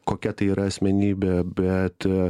kokia tai yra asmenybė bet